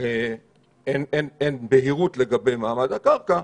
אין בהירות לגבי מעמד הקרקע,